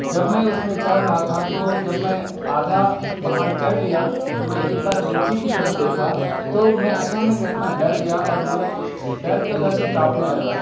جب میں اس میں چڑھ رہا تھا تو جب میں آدھا پہاڑ چڑھ لیا تو میں ایک بار نیچے کی طرف دیکھا تو میں اچانک اتنا ڈر گیا اور میں ڈر کے وجہ سے کانپنے لگا